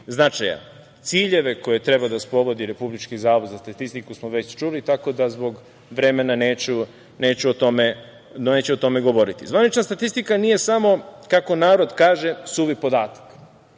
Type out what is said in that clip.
značaja. Ciljeve koje treba da sprovodi Republički zavod za statistiku smo već čuli, tako da zbog vremena neću o tome govoriti. Zvanična statistika nije samo, kako narod kaže, suvi podatak.